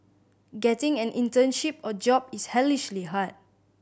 getting an internship or job is hellishly hard